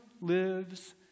lives